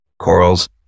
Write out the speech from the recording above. corals